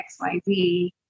xyz